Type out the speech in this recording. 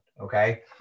Okay